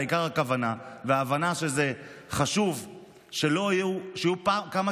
העיקר הכוונה וההבנה שזה חשוב שיהיו כמה